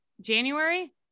January